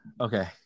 okay